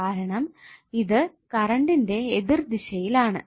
കാരണം ഇത് കറൻറ്ന്റെ എതിർ ദിശയിൽ ആണ്